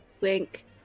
wink